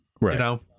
Right